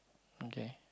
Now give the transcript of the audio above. okay